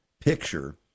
picture